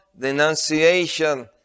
denunciation